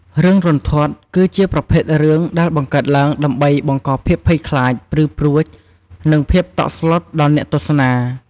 រឿងរន្ធត់ គឺជាប្រភេទរឿងដែលបង្កើតឡើងដើម្បីបង្កភាពភ័យខ្លាច ព្រឺព្រួច និងភាពតក់ស្លុតដល់អ្នកទស្សនា។